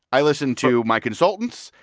i listened to my consultants.